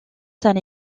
saint